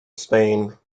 spain